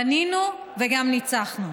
בנינו וגם ניצחנו.